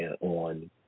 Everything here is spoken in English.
on